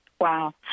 Wow